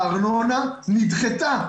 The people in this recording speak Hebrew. הארנונה נדחתה.